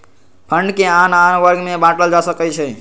fund के आन आन वर्ग में बाटल जा सकइ छै